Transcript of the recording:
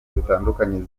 zitandukanye